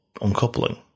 uncoupling